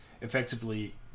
effectively